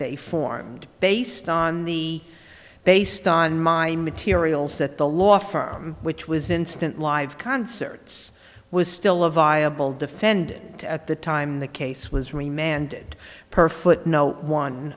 they formed based on the based on my materials that the law firm which was instant live concerts was still a viable defendant at the time the case was remanded per foot no one